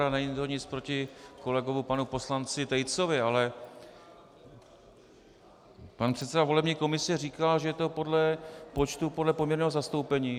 A není to nic proti kolegu panu poslanci Tejcovi, ale pan předseda volební komise říkal, že to je podle počtu, podle poměrného zastoupení.